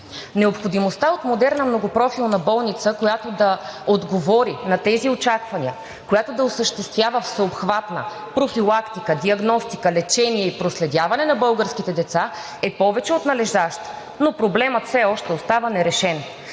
Необходимостта от модерна многопрофилна болница, която да отговори на тези очаквания, която да осъществява всеобхватна профилактика, диагностика, лечение и проследяване на българските деца, е повече от належаща! Но проблемът все още остава нерешен.